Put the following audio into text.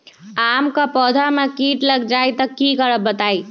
आम क पौधा म कीट लग जई त की करब बताई?